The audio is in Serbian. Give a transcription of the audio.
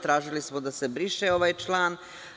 Tražili smo da se briše ovaj član.